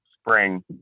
spring